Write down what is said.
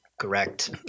Correct